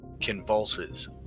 convulses